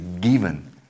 given